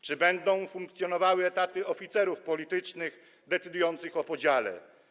Czy będę funkcjonowały etaty oficerów politycznych decydujących o podziale?